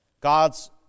God's